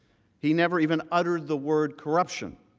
he never even uttered the word corruption.